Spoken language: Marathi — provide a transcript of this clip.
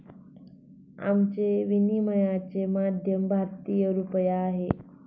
आमचे विनिमयाचे माध्यम भारतीय रुपया आहे